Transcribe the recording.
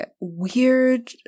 weird